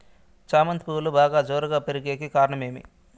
చామంతి పువ్వులు బాగా జోరుగా పెరిగేకి కారణం ఏమి?